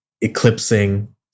eclipsing